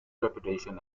reputation